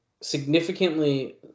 significantly